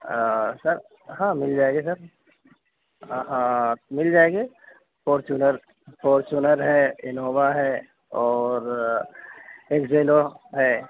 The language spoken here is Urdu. سر ہاں مل جائے گی سر ہاں مل جائے گی فارچونر فارچونر ہے انووا ہے اور ایکزیلو ہے